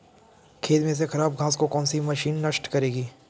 खेत में से खराब घास को कौन सी मशीन नष्ट करेगी?